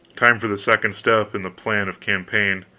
time for the second step in the plan of campaign!